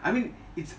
I mean it's